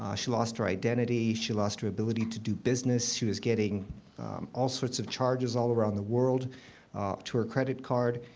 um she lost her identity. she lost her ability to do business. she was getting all sorts of charges all around the world to her credit card.